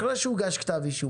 אחרי שהוגש כתב אישום,